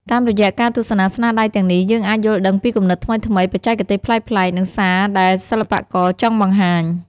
តាមរយៈការទស្សនាស្នាដៃទាំងនេះ យើងអាចយល់ដឹងពីគំនិតថ្មីៗ បច្ចេកទេសប្លែកៗ និងសារដែលសិល្បករចង់បង្ហាញ។